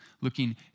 looking